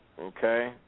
okay